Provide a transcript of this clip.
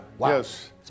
yes